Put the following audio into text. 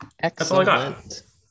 Excellent